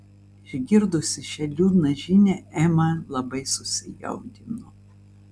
išgirdusi šią liūdną žinią ema labai susijaudino